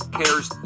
cares